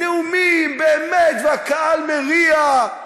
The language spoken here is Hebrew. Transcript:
נאומים, באמת, והקהל מריע.